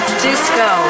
disco